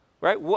right